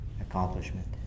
accomplishment